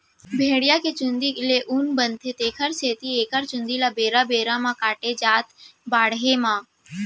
भेड़िया के चूंदी ले ऊन बनथे तेखर सेती एखर चूंदी ल बेरा बेरा म काटे जाथ बाड़हे म